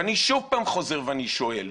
ואני שוב פעם חוזר ושואל,